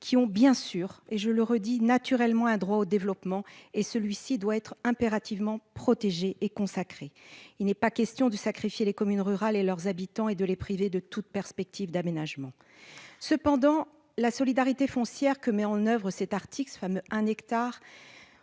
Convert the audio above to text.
qui ont bien sûr droit au développement- ce droit doit être impérativement protégé et consacré. Il n'est pas question de sacrifier les communes rurales et leurs habitants et de les priver de toute perspective d'aménagement. Toutefois, la solidarité foncière que met en oeuvre cet article, ce fameux hectare